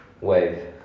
Wave